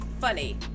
funny